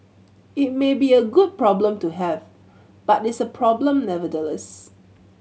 it may be a good problem to have but it's a problem nevertheless